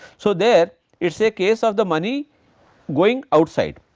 so, there it is a case of the money going outside.